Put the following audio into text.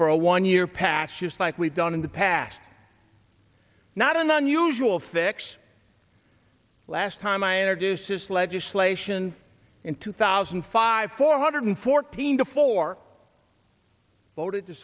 for a one year pass just like we've done in the past not an unusual fix last time i introduced this legislation in two thousand and five four hundred fourteen to four voted to